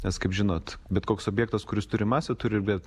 nes kaip žinot bet koks objektas kuris turi masę turi